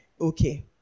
Okay